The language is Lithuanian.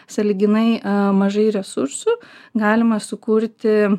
sąlyginai mažai resursų galima sukurti